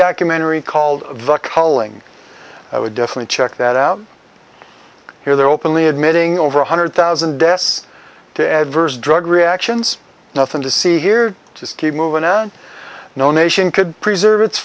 documentary called the culling i would definitely check that out here they're openly admitting over one hundred thousand deaths the adverse drug reactions nothing to see here just keep moving and no nation could preserve it